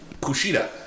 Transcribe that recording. Kushida